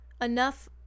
enough